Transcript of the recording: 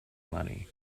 money